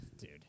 Dude